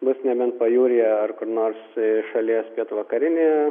bus nebent pajūryje ar kur nors šalies pietvakarinėje